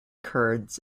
kurds